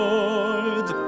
Lord